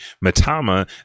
Matama